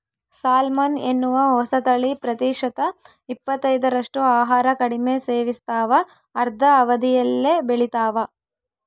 salmon ಎನ್ನುವ ಹೊಸತಳಿ ಪ್ರತಿಶತ ಇಪ್ಪತ್ತೈದರಷ್ಟು ಆಹಾರ ಕಡಿಮೆ ಸೇವಿಸ್ತಾವ ಅರ್ಧ ಅವಧಿಯಲ್ಲೇ ಬೆಳಿತಾವ